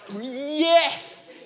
yes